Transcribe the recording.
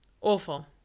awful